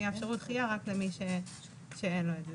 הם יאפשרו דחייה רק למי שאין לו את זה.